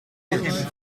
minutes